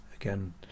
again